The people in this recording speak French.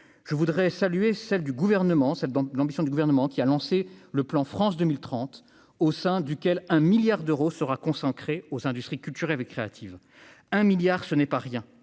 du gouvernement, celle dont l'ambition du gouvernement qui a lancé le plan France 2030, au sein duquel un milliard d'euros sera consacré aux industries culturelles et créatives 1 milliard ce n'est pas rien,